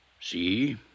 See